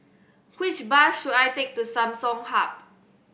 which bus should I take to Samsung Hub